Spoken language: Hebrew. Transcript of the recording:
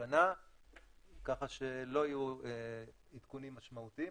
השנה כך שלא יהיו עדכונים משמעותיים,